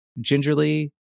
gingerly